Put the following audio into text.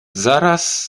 zaraz